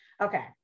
Okay